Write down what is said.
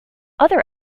other